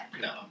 No